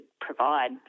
provide